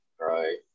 right